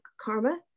karma